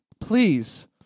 Please